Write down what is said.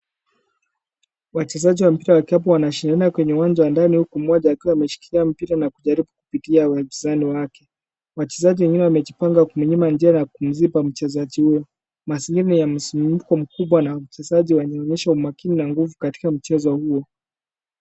Wachezaji wa mpira wa kikapu wanashehena kwenye uwanja wa ndani huku mmoja akiwa ameshikilia mpira na kujaribu kupitia wapinzani wake. Wachezaji wengine wamejipanga kumnyima njia na kumziba mchezaji huyo. Mazingira ya msisimko mkubwa la wachezaji wanaonyesha umakinifu na nguvu katika mchezo hiyo.